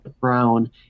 Brown